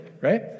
right